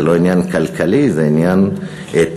זה לא עניין כלכלי, זה עניין תרבותי.